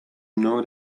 know